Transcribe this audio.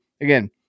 again